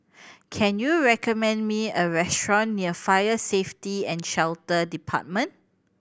can you recommend me a restaurant near Fire Safety And Shelter Department